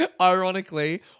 ironically